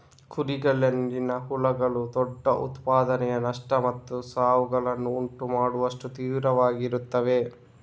ಕುರಿಗಳಲ್ಲಿನ ಹುಳುಗಳು ದೊಡ್ಡ ಉತ್ಪಾದನೆಯ ನಷ್ಟ ಮತ್ತು ಸಾವುಗಳನ್ನು ಉಂಟು ಮಾಡುವಷ್ಟು ತೀವ್ರವಾಗಿರುತ್ತವೆ